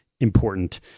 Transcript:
important